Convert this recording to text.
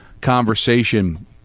conversation